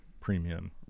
premium